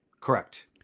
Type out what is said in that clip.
Correct